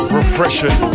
refreshing